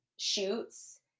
shoots